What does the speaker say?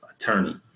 attorney